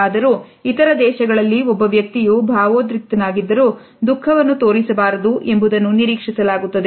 ಆದರೂ ಇತರ ದೇಶಗಳಲ್ಲಿ ಒಬ್ಬ ವ್ಯಕ್ತಿಯು ಭಾವೋದ್ರಿಕ್ತ ನಾಗಿದ್ದರೂ ದುಃಖವನ್ನು ತೋರಿಸಬಾರದು ಎಂಬುದನ್ನು ನಿರೀಕ್ಷಿಸಲಾಗುತ್ತದೆ